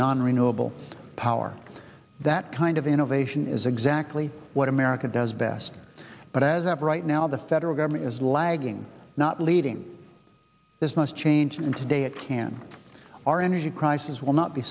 nonrenewable power that kind of innovation is exactly what america does best but as of right now the federal government is lagging not leading this must change and today it can our energy crisis will not be